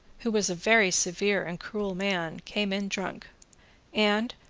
who was a very severe and cruel man, came in drunk and,